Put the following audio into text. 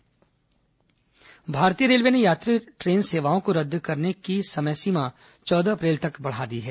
corona railway भारतीय railway ने यात्री ट्रेन सेवाओं को रद्द रखने की समय सीमा चौदह अप्रैल तक बढ़ा दी है